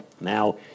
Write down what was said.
Now